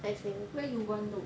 where you want 漏